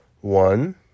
One